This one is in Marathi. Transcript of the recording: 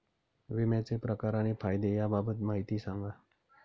विम्याचे प्रकार आणि फायदे याबाबत माहिती सांगा